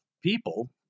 people